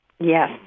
Yes